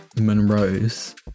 Monroe's